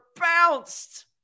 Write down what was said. bounced